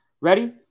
Ready